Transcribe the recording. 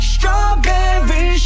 Strawberry